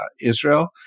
Israel